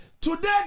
Today